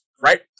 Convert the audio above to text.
right